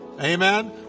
Amen